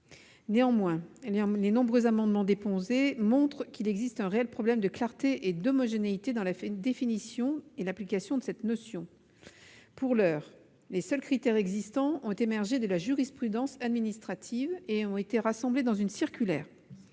dispositions des nombreux amendements déposés montrent qu'il existe un réel problème de clarté et d'homogénéité dans la définition et l'application de cette notion. Pour l'heure, les seuls critères ont émergé de la jurisprudence administrative et ont été rassemblés dans une circulaire.